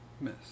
miss